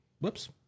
Whoops